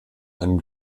einem